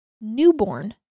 newborn